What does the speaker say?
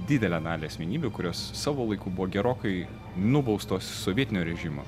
didelę dalį asmenybių kurios savo laiku buvo gerokai nubaustos sovietinio režimo